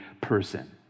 person